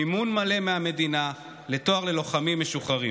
מימון מלא מהמדינה לתואר ללוחמים משוחררים.